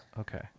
Okay